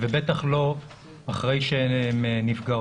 ובטח לא אחרי שהן נפגעות.